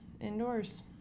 indoors